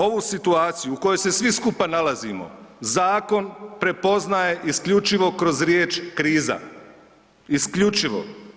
Ovu situaciju u kojoj se svi skupa nalazimo zakon prepoznaje isključivo kroz riječ „kriza“, isključivo.